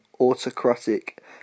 autocratic